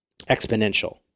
exponential